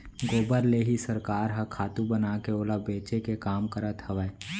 गोबर ले ही सरकार ह खातू बनाके ओला बेचे के काम करत हवय